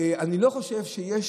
אני לא חושב שיש